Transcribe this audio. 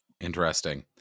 Interesting